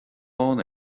bán